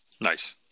Nice